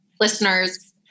listeners